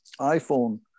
iPhone